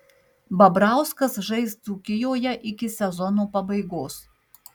babrauskas žais dzūkijoje iki sezono pabaigos